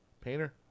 painter